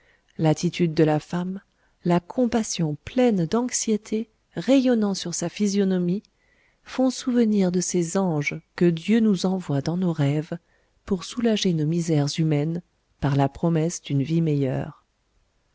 l'attitude de la femme la compassion pleine d'anxiété rayonnant sur sa physionomie font souvenir de ces anges que dieu nous envoie dans nos rêves pour soulager nos misères humaines par la promesse d'une vie meilleure